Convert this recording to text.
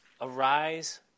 Arise